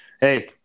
hey